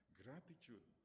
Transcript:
gratitude